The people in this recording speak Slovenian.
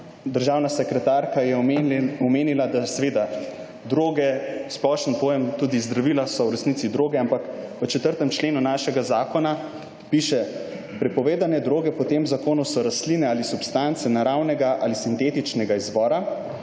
Državna sekretarka je omenila, da seveda droge, splošen pojem, tudi zdravila so v resnici droge. Ampak v 4. členu našega zakona piše: Prepovedne droge po tem zakonu so rastline ali substance naravnega ali sintetičnega izvora,